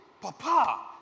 Papa